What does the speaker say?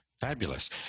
Fabulous